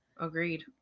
agreed